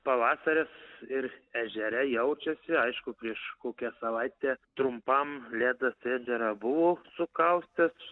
pavasaris ir ežere jaučiasi aišku prieš kokią savaitę trumpam ledas ežerą buvo sukaustęs